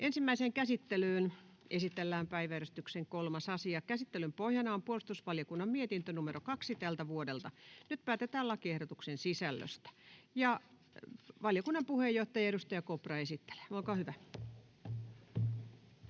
Ensimmäiseen käsittelyyn esitellään päiväjärjestyksen 3. asia. Käsittelyn pohjana on puolustusvaliokunnan mietintö PuVM 2/2024 vp. Nyt päätetään lakiehdotuksen sisällöstä. — Valiokunnan puheenjohtaja, edustaja Kopra esittelee, olkaa hyvä.